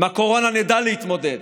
עם הקורונה נדע להתמודד,